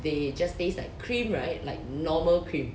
they just taste like cream right like normal cream